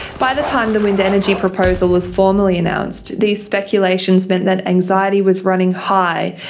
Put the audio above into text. by the time the wind energy proposal was formally announced, these speculations meant that anxiety was running high,